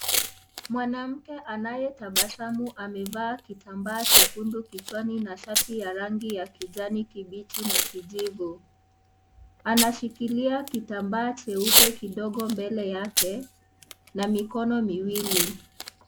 Mwanamke anayetabasamu amevaa kitambaa chekundu kichwani na shati ya rangi ya kijani kibichi na kijivu. Anashikilia kitambaa cheupe kidogo mbele yake na mikono miwili.